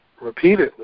repeatedly